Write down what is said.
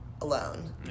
alone